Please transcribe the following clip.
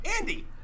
Andy